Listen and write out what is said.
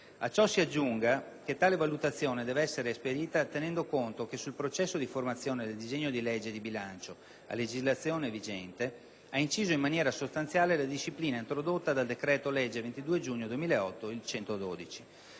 A ciò si aggiunga che tale valutazione deve essere esperita tenendo conto che sul processo di formazione del disegno di legge di bilancio a legislazione vigente ha inciso in maniera sostanziale la disciplina introdotta dal decreto-legge 25 giugno 2008, n. 112.